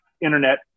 internet